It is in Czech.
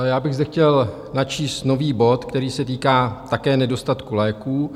Já bych zde chtěl načíst nový bod, který se týká také nedostatku léků.